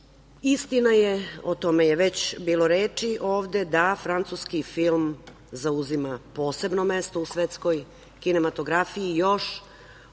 ukažem. Istina je, o tome je već bilo reči ovde da francuski film zauzima posebno mesto u svetskoj kinematografiji